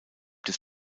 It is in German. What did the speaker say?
des